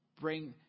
bring